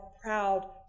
proud